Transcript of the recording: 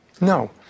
No